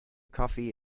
coffee